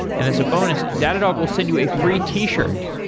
and as a bonus, datadog will send you a free t-shirt.